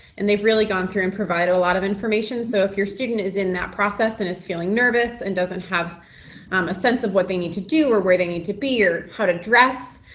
and they've really gone through and provide a lot of information, so if your student is in that process and is feeling nervous and doesn't have um a sense of what they need to do or where they need to be or how to dress,